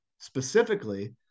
specifically